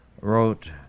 wrote